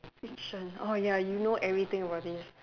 fiction oh ya you know everything about this